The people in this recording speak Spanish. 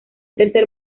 tercer